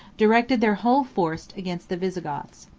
directed their whole force against the visigoths.